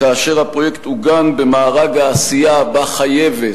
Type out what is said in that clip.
כאשר הפרויקט עוגן במארג העשייה שבה חייבת,